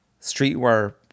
streetwear